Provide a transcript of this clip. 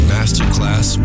Masterclass